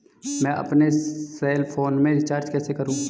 मैं अपने cell phone में रिचार्ज कैसे करूँ?